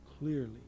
clearly